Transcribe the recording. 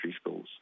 schools